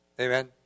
amen